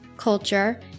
culture